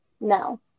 no